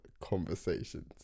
conversations